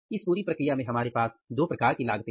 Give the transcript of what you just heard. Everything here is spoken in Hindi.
इस पूरी प्रक्रिया में हमारे पास दो प्रकार की लागते हैं